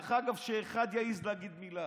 דרך אגב, שאחד יעז להגיד מילה,